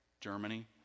Germany